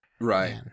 Right